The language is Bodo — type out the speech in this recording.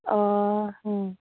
अ